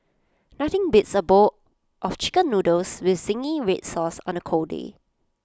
nothing beats A bowl of Chicken Noodles with Zingy Red Sauce on A cold day